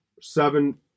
seven